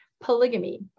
polygamy